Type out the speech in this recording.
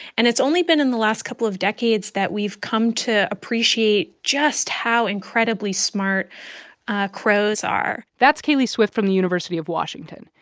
and it's only been in the last couple of decades that we've come to appreciate just how incredibly smart ah crows are that's kaeli swift from the university of washington.